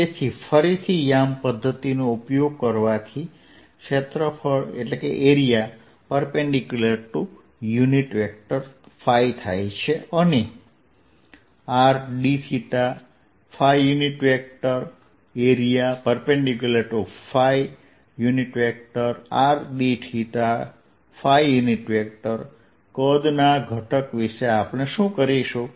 તેથી ફરીથી યામ પદ્ધતિનો ઉપયોગ કરવાથી ક્ષેત્રફળ ϕ થાય છે અને rdθ ϕ area ϕ rdθ ϕ કદના ઘટક વિષે આપણે શું કરીશું